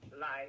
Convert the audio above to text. life